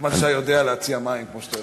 נחמן שי יודע להציע מים, כמו שאתה יודע.